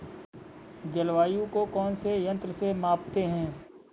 जलवायु को कौन से यंत्र से मापते हैं?